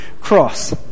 cross